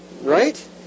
right